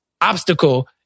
obstacle